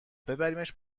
ببریمش